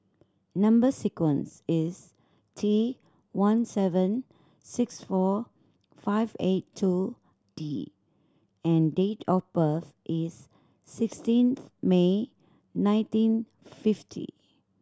number sequence is T one seven six four five eight two D and date of birth is sixteenth May nineteen fifty